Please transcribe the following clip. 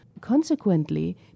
Consequently